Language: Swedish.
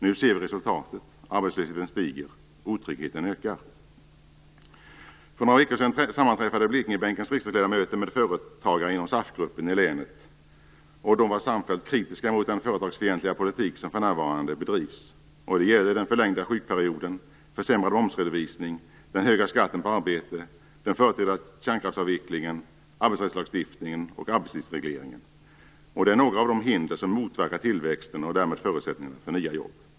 Nu ser vi resultatet: arbetslösheten stiger, och otryggheten ökar. För någon vecka sedan sammanträffade Blekingebänkens riksdagsledamöter med företagare inom SAF-gruppen i länet. De var samfällt kritiska mot den företagsfientliga politik som för närvarande bedrivs. Den förlängda sjukperioden, försämringen när det gäller momsredovisningen, den höga skatten på arbete, den förtida kärnkraftsavvecklingen, arbetsrättslagstiftningen och arbetstidsregleringen är några av de hinder som motverkar tillväxten och därmed förutsättningarna för nya jobb.